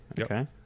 okay